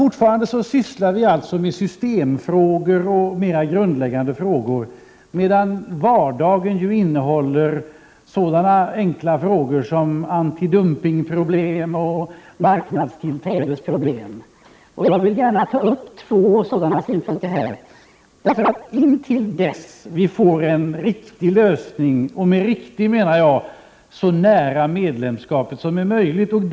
Fortfarande sysslar vi emellertid med systemfrågor och mera grundläggande frågor, medan vardagen ju innehåller sådana enkla frågor som antidumpningsproblem och marknadstillträdesproblem. Jag vill gärna ta upp två sådana synpunkter i dag. Vi måste få en riktig lösning — och med riktig menar jag så nära medlemskap som möjligt.